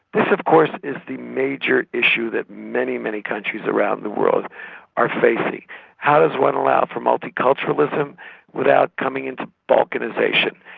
this of course is the major issue that many many countries around the world are facing how does one allow for multiculturalism without coming into balkanisation?